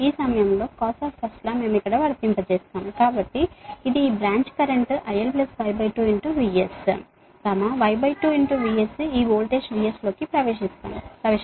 ఈ సమయంలో మొదటి cos లా మనము ఇక్కడ వర్తింపజేస్తాము కాబట్టి ఇది ఈ branch current IL Y2 VS Y2 VS ఈ వోల్టేజ్ VS లోకి ప్రవేశం